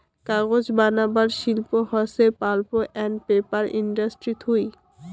কাগজ বানাবার শিল্প হসে পাল্প আন্ড পেপার ইন্ডাস্ট্রি থুই